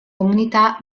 comunità